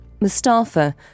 Mustafa